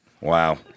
Wow